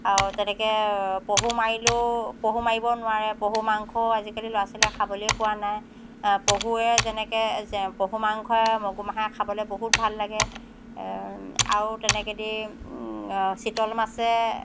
আৰু তেনেকৈ পহু মাৰিলেও পহু মাৰিব নোৱাৰে পহু মাংসও আজিকালি ল'ৰা ছোৱালীয়ে খাবলেই পোৱা নাই পহুৱে যেনেকৈ যে পহু মাংসৰে মগুমাহে খাবলৈ বহুত ভাল লাগে আৰু তেনেকেদি চিতল মাছে